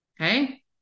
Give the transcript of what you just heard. Okay